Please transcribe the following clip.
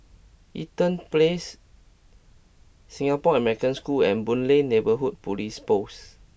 Eaton Place Singapore American School and Boon Lay Neighbourhood Police Post